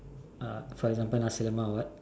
uh for example nasi lemak or what